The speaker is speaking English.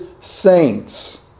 saints